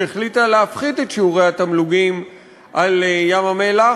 שהחליטה להפחית את שיעורי התמלוגים על ים-המלח.